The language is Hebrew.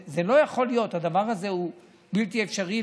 זה לא יכול להיות, הדבר הזה הוא בלתי אפשרי.